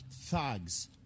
thugs